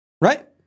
Right